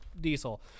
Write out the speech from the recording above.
diesel